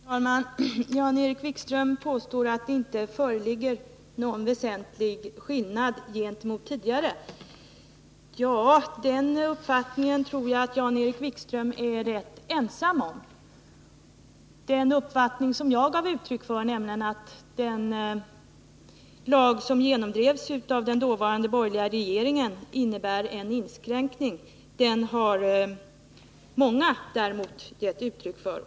Herr talman! Jan-Erik Wikström påstår att det inte föreligger någon väsentlig skillnad jämfört med tidigare. Den uppfattningen tror jag att Jan-Erik Wikström är rätt ensam om. Den uppfattning som jag gav uttryck för, nämligen att den lag som genomdrevs av den dåvarande borgerliga regeringen innebär en inskränkning, har däremot många andra gett uttryck för.